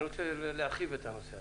אני רוצה להרחיב את הנושא הזה.